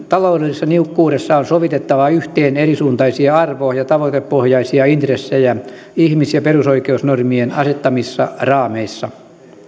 taloudellisessa niukkuudessa on sovitettava yhteen erisuuntaisia arvo ja tavoitepohjaisia intressejä ihmis ja perusoikeusnormien asettamissa raameissa